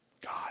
God